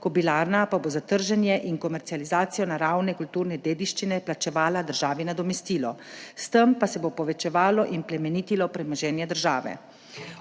Kobilarna pa bo za trženje in komercializacijo naravne kulturne dediščine plačevala državi nadomestilo, s tem pa se bo povečevalo in plemenitilo premoženje države.